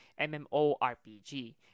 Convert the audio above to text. MMORPG